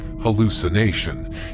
hallucination